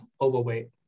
overweight